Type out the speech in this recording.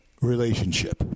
Relationship